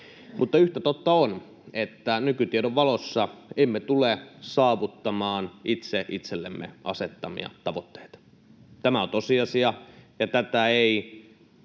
Mutta yhtä totta on, että nykytiedon valossa emme tule saavuttamaan itse itsellemme asettamia tavoitteita. Tämä on tosiasia, ja tätä ei